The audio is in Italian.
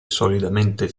solidamente